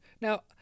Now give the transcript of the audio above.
now